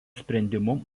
sprendimu